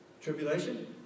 Tribulation